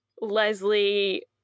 Leslie